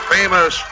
famous